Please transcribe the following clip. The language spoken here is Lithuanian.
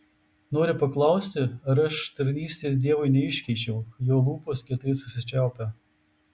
nori paklausti ar aš tarnystės dievui neiškeičiau jo lūpos kietai susičiaupia